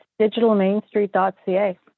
digitalmainstreet.ca